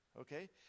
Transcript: Okay